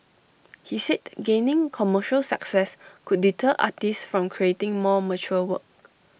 he said gaining commercial success could deter artists from creating more mature work